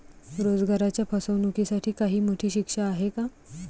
रोजगाराच्या फसवणुकीसाठी काही मोठी शिक्षा आहे का?